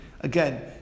again